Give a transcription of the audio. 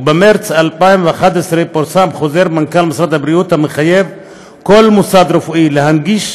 ובמרס 2011 פורסם חוזר מנכ"ל משרד הבריאות המחייב כל מוסד רפואי להנגיש